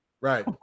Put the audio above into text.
Right